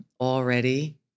already